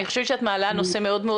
אני חושבת שאת מעלה נושא מאוד מאוד